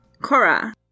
Cora